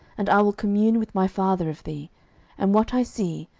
and i will commune with my father of thee and what i see,